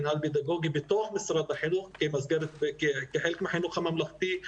מנהל פדגוגי בתוך משרד החינוך כחלק מהחינוך הממלכתי.